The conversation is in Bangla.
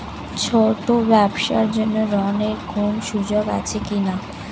ছোট ব্যবসার জন্য ঋণ এর কোন সুযোগ আছে কি না?